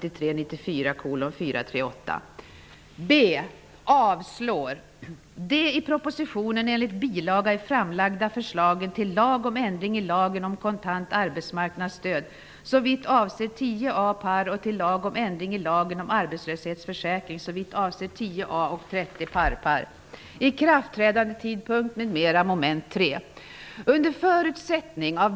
Jag yrkar bifall till vår motion A79, yrkandena 3 Genom att stödja Ny demokratis motion säger ni nej till regeringens förslag om försämringar i arbetslöshetsförsäkringen, dvs. nej till bl.a. 300 plus 300 dagar.